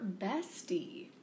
bestie